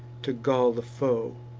to gall the foe.